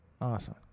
Awesome